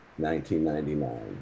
1999